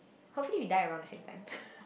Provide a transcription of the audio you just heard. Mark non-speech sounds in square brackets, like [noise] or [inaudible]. hopefully you die around the same time [laughs]